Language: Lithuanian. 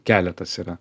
keletas yra